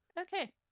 Okay